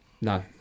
No